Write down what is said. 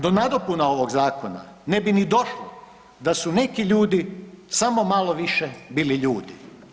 Do nadopuna ovog zakona ne bi ni došlo da su neki ljudi samo malo više bili ljudi.